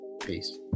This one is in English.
peace